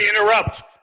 interrupt